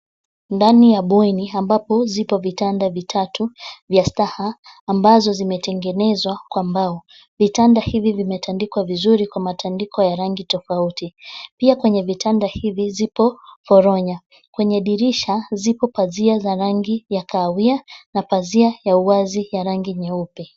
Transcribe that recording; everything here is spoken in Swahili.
Ndani ya bweni ambapo zipo vitanda vitatu vya staha ambazo zimetengenezwa kwa mbao. Vitanda hivi vimetandikwa vizuri kwa matandiko ya rangi tofauti. Pia kwenye vitanda hivi zipo poronya. Kwenye dirisha zipo pazia za rangi ya kahawia na pazia ya wazi ya rangi nyeupe.